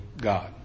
God